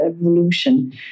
evolution